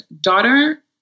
daughter